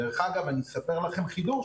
דרך אגב, אני אספר לכם חידוש.